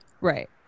right